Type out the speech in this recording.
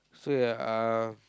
so ya uh